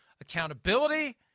accountability